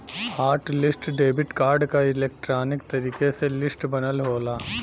hot list debit card क electronic तरीके से लिस्ट बनल होला